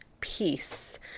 peace